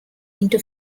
into